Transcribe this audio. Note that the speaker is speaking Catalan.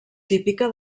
típica